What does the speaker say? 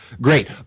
great